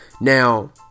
Now